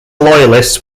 loyalists